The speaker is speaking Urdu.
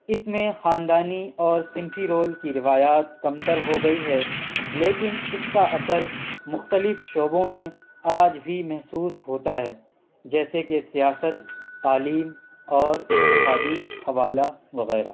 اس میں خاندانی اور صنفی رول کی روایات کمتر ہو گئی ہے لیکن اس کا اثر مختلف شعبوں میں آج بھی محسوس ہوتا ہے جیسے کہ سیاست تعلیم اور اقتصادی حوالہ وغیرہ